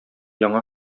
яңа